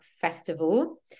festival